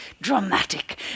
dramatic